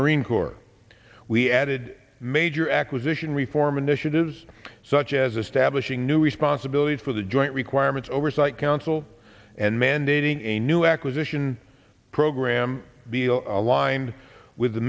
marine corps we added major acquisition reform initiatives such as establishing new responsibilities for the joint requirements oversight council and mandating a new acquisition program be aligned with the